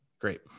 Great